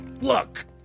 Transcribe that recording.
look